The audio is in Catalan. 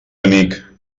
amic